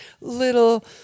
little